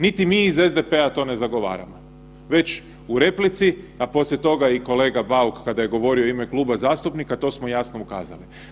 Niti mi iz SDP-a to ne zagovaramo već u replici, a poslije toga i kolega Bauk kada je govorio u ime kluba zastupnika to smo jasno ukazali.